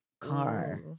car